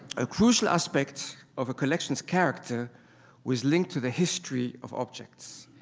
a crucial aspect of a collection's character was linked to the history of objects.